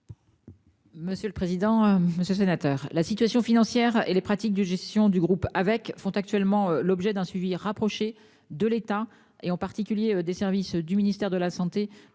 Monsieur le président, monsieur sénateur la situation financière et les pratiques de gestion du groupe avec font actuellement l'objet d'un suivi rapproché de l'État et en particulier des services du ministère de la santé